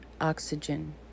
oxygen